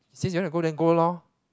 since you wanna go then go lor